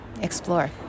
explore